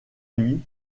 lui